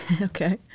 Okay